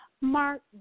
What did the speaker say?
Mark